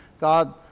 God